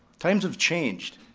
times have changed.